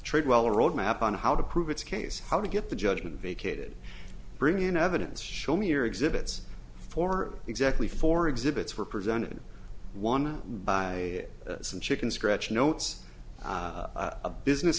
trade well a roadmap on how to prove its case how to get the judgment vacated bring in evidence show me or exhibits for exactly four exhibits were presented one by some chicken scratch notes a business